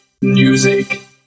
music